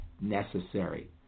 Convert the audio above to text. necessary